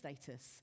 status